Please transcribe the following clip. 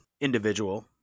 individual